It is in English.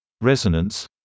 resonance